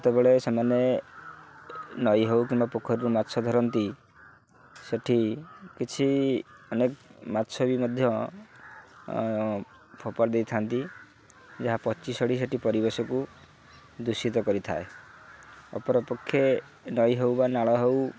ଯେତେବେଳେ ସେମାନେ ନଈ ହଉ କିମ୍ବା ପୋଖରୀରୁ ମାଛ ଧରନ୍ତି ସେଠି କିଛି ଅନେକ ମାଛ ବି ମଧ୍ୟ ଫୋପାଡ଼ି ଦେଇଥାନ୍ତି ଯାହା ପଚିସଢ଼ି ସେଠି ପରିବେଶକୁ ଦୂଷିତ କରିଥାଏ ଅପର ପକ୍ଷେ ନଈ ହଉ ବା ନାଳ ହଉ